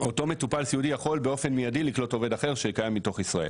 אותו מטופל סיעודי יכול באופן מיידי לקלוט עובד אחר שקיים בתוך ישראל,